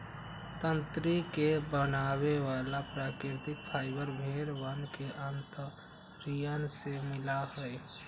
तंत्री के बनावे वाला प्राकृतिक फाइबर भेड़ वन के अंतड़ियन से मिला हई